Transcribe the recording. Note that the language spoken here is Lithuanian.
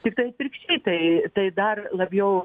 tiktai atvirkščiai tai tai dar labiau